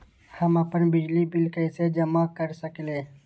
हम अपन बिजली बिल कैसे जमा कर सकेली?